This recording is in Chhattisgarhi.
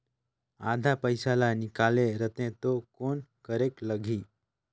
आधा पइसा ला निकाल रतें तो कौन करेके लगही?